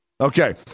okay